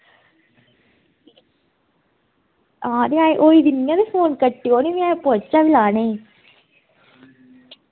आं ते ऐहीं फोन कट्टेओ नी ऐहीं में क्वेच्शन लैना ई